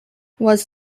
was